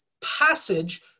passage